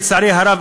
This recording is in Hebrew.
לצערי הרב,